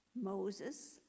Moses